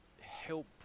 help